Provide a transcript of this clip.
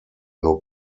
nur